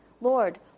Lord